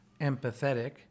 empathetic